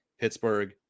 Pittsburgh